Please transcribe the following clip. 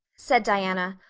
said diana,